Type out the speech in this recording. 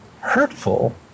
hurtful